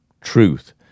truth